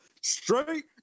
straight